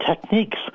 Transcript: techniques